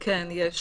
כן, יש,